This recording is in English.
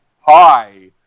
hi